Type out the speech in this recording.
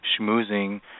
schmoozing